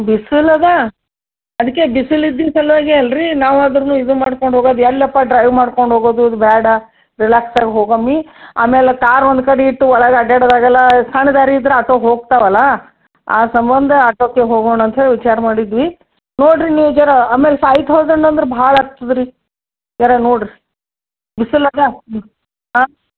ಬಿಸಿಲು ಅದಾ ಅದಕ್ಕೆ ಬಿಸಿಲು ಇದ್ದಿದ್ದ ಸಲುವಾಗೇ ಅಲ್ರೀ ನಾವಾದ್ರೂ ಇದು ಮಾಡ್ಕೊಂಡು ಹೋಗೋದ್ ಎಲ್ಲಪ್ಪ ಡ್ರೈವ್ ಮಾಡ್ಕೊಂಡು ಹೋಗೋದು ಇದು ಬೇಡ ರಿಲಾಕ್ಸ್ ಆಗಿ ಹೋಗಮ್ಮಿ ಆಮೇಲೆ ಕಾರ್ ಒಂದು ಕಡೆ ಇಟ್ಟು ಒಳಗೆ ಅಡ್ಡ್ಯಾಡದ್ ಆಗೋಲ್ಲ ಸಣ್ಣ ದಾರಿ ಇದ್ದರೆ ಆಟೋ ಹೋಗ್ತಾರಲ್ಲ ಆ ಸಂಬಂಧ ಆಟೋಗೇ ಹೋಗೋಣ ಅಂತ್ಹೇಳಿ ವಿಚಾರ ಮಾಡಿದಿವಿ ನೋಡಿ ರೀ ನೀವು ಜರಾ ಆಮೇಲೆ ಫೈವ್ ತೌಸಂಡ್ ಅಂದ್ರೆ ಭಾಳ ಆಗ್ತದೆ ರೀ ಜರಾ ನೋಡಿರಿ ಬಿಸಿಲು ಅದಾ ಹ್ಞೂ ಹಾಂ